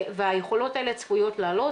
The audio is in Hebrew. והיכולות האלה צפויות לעלות.